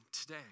today